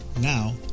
Now